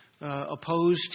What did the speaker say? opposed